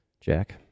Jack